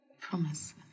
Promise